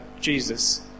Jesus-